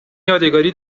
یادگاری